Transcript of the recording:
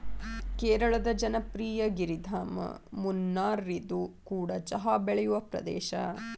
ಕೇರಳದ ಜನಪ್ರಿಯ ಗಿರಿಧಾಮ ಮುನ್ನಾರ್ಇದು ಕೂಡ ಚಹಾ ಬೆಳೆಯುವ ಪ್ರದೇಶ